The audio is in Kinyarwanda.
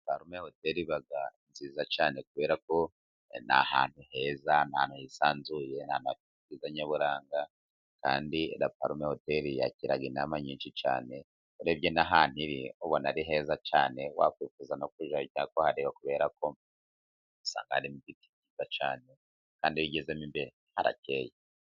Hoteri iba nziza cyane kubera ko ni ahantu heza hisanzuye nyaburanga, kandi Laporme hoteri yakira inama nyinshi cyane, urebye n'ahantu iri ubona ari heza cyane wakwifuza no kurira yo cyangwa kuhabera, kuko usanga harimo ibiti byiza cyane kandi iyo ugezemo imbere ubona hakeye.